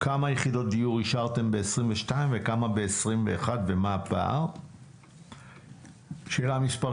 כמה יחידות דיור אישרתם ב-22' וכמה ב-21' ומה הפער?; שאלה מספר